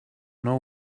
know